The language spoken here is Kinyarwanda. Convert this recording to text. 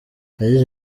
yagize